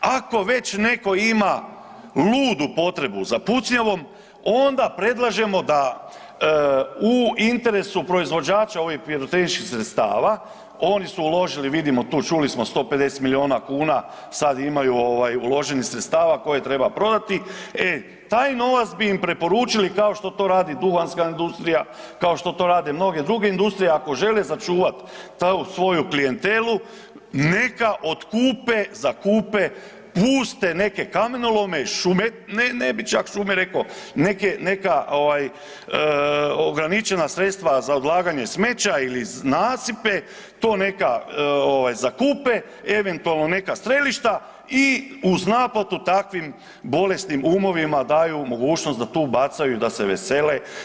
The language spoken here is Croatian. Ako već neko ima ludu potrebu za pucnjavom onda predlažemo da u interesu proizvođača ovih pirotehničkih sredstava oni su uložili tu vidimo tu čuli smo 150 milijuna kuna sad imaju uloženih sredstava koje treba prodati, e taj novac bi im preporučili kao što to radi duhanska industrija, kao što to radne mnoge druge industrije ako žele sačuvati tu svoju klijentelu neka otkupe, zakupe puste neke kamenolome i šume, ne bih čak šume rekao, neka ograničena sredstva za odlaganje smeća ili nasipe to neka zakupe, eventualno neka strelišta i uz naplatu takvim bolesnim umovima daju mogućnost da tu bacaju da se vesele.